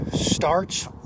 starts